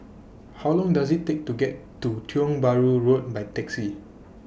How Long Does IT Take to get to Tiong Bahru Road By Taxi